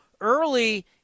early